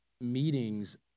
meetings